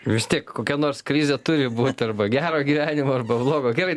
vis tiek kokia nors krizė turi būt arba gero gyvenimo arba blogo gerai